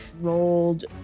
Rolled